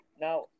Now